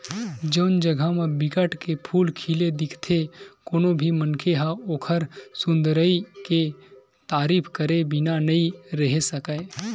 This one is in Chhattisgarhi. जउन जघा म बिकट के फूल खिले दिखथे कोनो भी मनखे ह ओखर सुंदरई के तारीफ करे बिना नइ रहें सकय